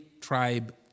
tribe